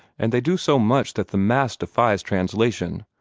and they do so much that the mass defies translation.